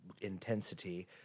intensity